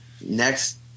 next